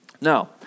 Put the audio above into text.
Now